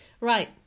Right